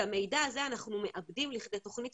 את המידע הזה אנחנו מעבדים לכדי תוכנית